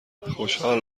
خوشحال